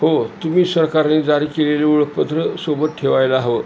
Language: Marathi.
हो तुम्ही सरकारने जारी केलेलं ओळखपत्र सोबत ठेवायला हवं